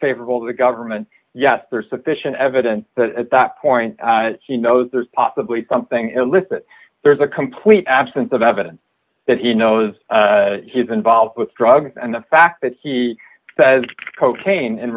favorable to the government yes there is sufficient evidence that at that point he knows there's possibly something illicit there's a complete absence of evidence that he knows he is involved with drugs and the fact that he says cocaine in